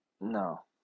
no